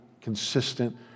consistent